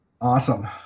Awesome